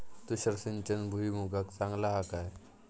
तुषार सिंचन भुईमुगाक चांगला हा काय?